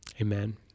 Amen